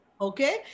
okay